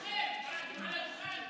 כולכם מעל הדוכן.